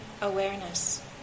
awareness